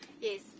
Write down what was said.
Yes